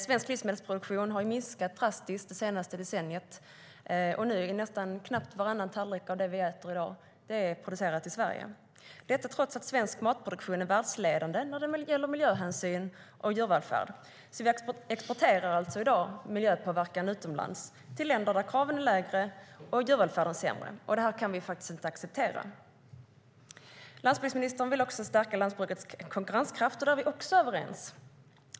Svensk livsmedelsproduktion har minskat drastiskt det senaste decenniet, och nu är knappt hälften av det vi äter producerat i Sverige, detta trots att svensk matproduktion är världsledande när det gäller miljöhänsyn och djurvälfärd. Vi exporterar alltså i dag miljöpåverkan utomlands, till länder där kraven är lägre och djurvälfärden sämre. Det kan vi inte acceptera. Landsbygdsministern vill stärka lantbrukets konkurrenskraft, och även där är vi överens.